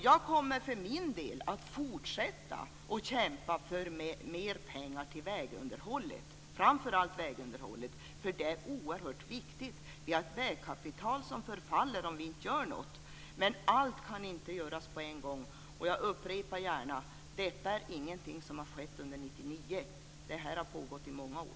Jag kommer för min del att fortsätta att kämpa för mer pengar till framför allt vägunderhållet, för det är oerhört viktigt. Vi har ett vägkapital som förfaller om vi inte gör något. Men allt kan inte göras på en gång. Jag upprepar gärna att detta inte är någonting som har skett under 1999. Det här har pågått i många år.